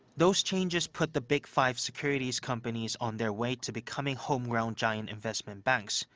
those changes put the big five securities companies on their way to becoming homegrown giant investment banks,